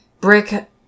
brick